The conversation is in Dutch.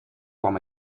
kwam